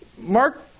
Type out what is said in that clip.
Mark